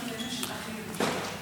בסדר.